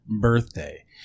birthday